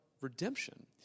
Redemption